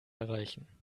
erreichen